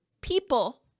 people